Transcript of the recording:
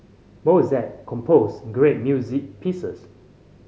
Mozart composed great music pieces